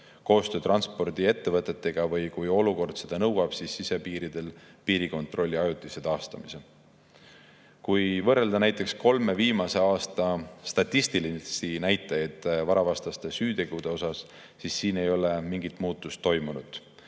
koostöö transpordiettevõtetega või – kui olukord seda nõuab – sisepiiridel piirikontrolli ajutise taastamise. Kui võrrelda kolme viimase aasta statistilisi näitajaid varavastaste süütegude kohta, siis [näeme, et] mingit muutust ei ole toimunud.